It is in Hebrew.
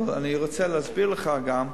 אבל אני רוצה להסביר לך גם,